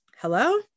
Hello